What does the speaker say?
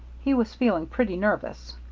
he was feeling pretty nervous.